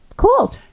Cool